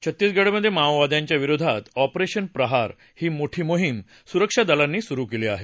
छत्तीसगडमधे माओवाद्यांच्या विरोधात अॅपरेशन प्रहार ही मोठी मोहीम सुरक्षा दलांनी सुरु केली आहे